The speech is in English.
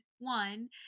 One